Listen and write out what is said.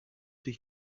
dich